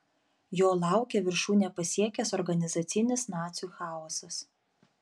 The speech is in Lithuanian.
jo laukė viršūnę pasiekęs organizacinis nacių chaosas